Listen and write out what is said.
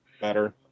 Better